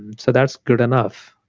so that's good enough,